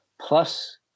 Plus